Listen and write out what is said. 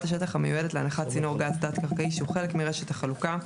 השטח המיועדת להנחת צינור גז תת־קרקעי שהוא חלק מרשת החלוקה,